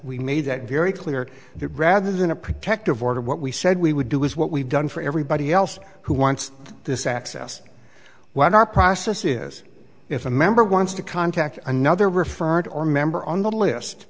we made that very clear that rather than a protective order what we said we would do is what we've done for everybody else who wants this access what our process is if a member wants to contact another referred or member on the list